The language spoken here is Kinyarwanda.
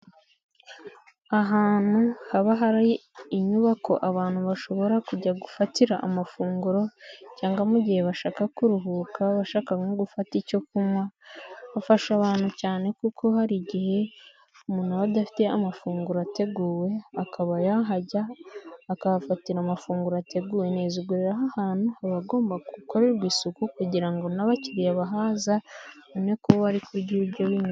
Ahantu haba hari inyubako abantu bashobora kujya gufatira amafunguro, cyangwa mu gihe bashaka kuruhuka abashaka nko gufata icyo kunywa, bafasha abantu cyane kuko hari igihe umuntu aba adafite amafunguro ateguwe, akaba yahajya akahafatira amafunguro ateguwe neza ubwo rero aha hantu haba hagomba gukorerwa isuku kugira ngo n'abakiriya bahaza babone ko bari kurya ibiryo bimeze.